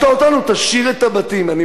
גירשת אותנו, תשאיר את הבתים.